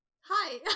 Hi